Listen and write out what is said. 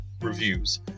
reviews